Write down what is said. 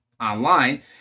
online